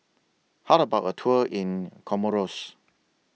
How about A Tour in Comoros